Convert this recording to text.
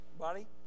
Buddy